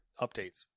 updates